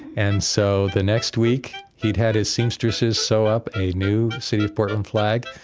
and so the next week, he'd had his seamstresses sew up a new city of portland flag.